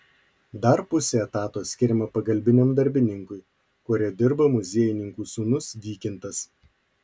dar pusė etato skiriama pagalbiniam darbininkui kuriuo dirba muziejininkų sūnus vykintas